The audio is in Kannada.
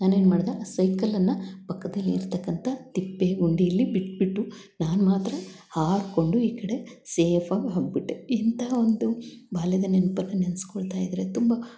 ನಾನು ಏನು ಮಾಡಿದೆ ಆ ಸೈಕಲನ್ನು ಪಕ್ಕದಲ್ಲೆ ಇರತಕ್ಕಂತ ತಿಪ್ಪೆ ಗುಂಡಿಲಿ ಬಿಟ್ಟು ಬಿಟ್ಟು ನಾನು ಮಾತ್ರ ಹಾರಿಕೊಂಡು ಈ ಕಡೆ ಸೇಫ್ ಆಗಿ ಹೋಗಿಬಿಟ್ಟೆ ಇಂತಹ ಒಂದು ಬಾಲ್ಯದ ನೆನಪನ್ನ ನೆನೆಸ್ಕೊಳ್ತ ಇದ್ದರೆ ತುಂಬ